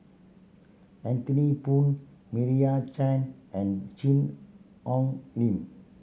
Anthony Poon Meira Chand and Cheang Hong Lim